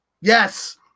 Yes